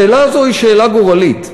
השאלה הזאת היא שאלה גורלית,